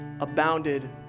abounded